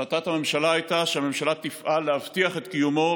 החלטת הממשלה הייתה שהממשלה תפעל להבטיח את קיומו,